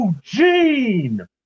Gene